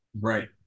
right